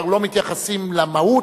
לא מתייחסים למהות,